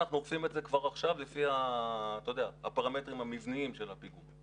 אנחנו אוכפים את זה כבר עכשיו לפי הפרמטרים המבניים של הפיגום,